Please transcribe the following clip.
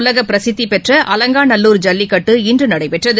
உலகபிரசித்திப் பெற்ற அலங்காநல்லூர் ஜல்லிக்கட்டு இன்றுநடைபெற்றது